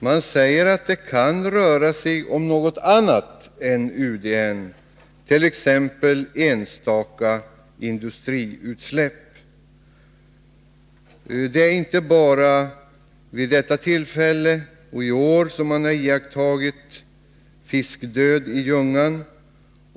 Man säger att det kan röra sig om något annat än UDN, t.ex. enstaka industriutsläpp. Inte bara vid detta tillfälle och i år har man iakttagit fiskdöd i Ljungan.